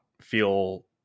feel